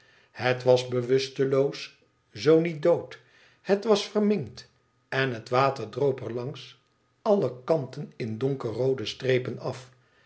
het was bewusteloos zoo niet dood het was verminkt en het water droop er langs alle kanten in donkerroode strepen af